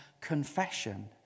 confession